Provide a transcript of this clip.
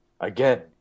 Again